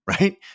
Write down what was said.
Right